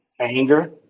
anger